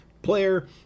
player